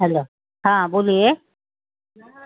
hello हां बोलिये